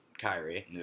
Kyrie